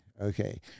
okay